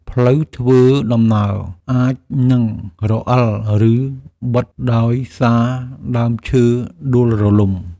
ផ្លូវធ្វើដំណើរអាចនឹងរអិល ឬបិទដោយសារដើមឈើដួលរលំ។